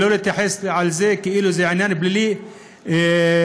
שלא להתייחס לזה כאילו זה עניין פלילי בלבד.